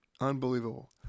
Unbelievable